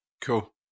cool